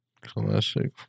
Classic